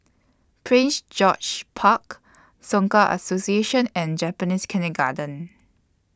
Prince George's Park Soka Association and Japanese Kindergarten